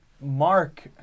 Mark